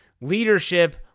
leadership